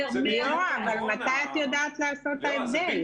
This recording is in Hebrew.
ליאורה, אבל מתי את יודעת לעשות את ההבדל?